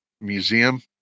museum